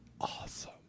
awesome